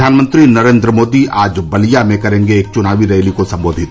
प्रधानमंत्री नरेंद्र मोदी आज बलिया में करेंगे एक च्नावी रैली को संबोधित